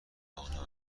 آنا